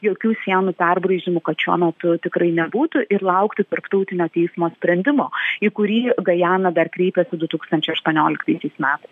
jokių sienų perbraižymų kad šiuo metu tikrai nebūtų ir laukti tarptautinio teismo sprendimo į kurį gajana dar kreipėsi du tūkstančiai aštuonioliktaisiais metais